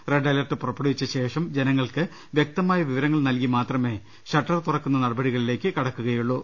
red alert പുറപ്പെടുവിച്ച ശേഷം ജനങ്ങൾക്ക് വൃക്തമായ വിവരങ്ങൾ നൽകി മാത്രമേ ഷട്ടർ തുറക്കുന്ന നടപ ടികളിലേക്ക് കടക്കുകയുള്ളൂ